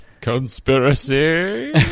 Conspiracy